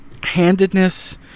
handedness